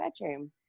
bedroom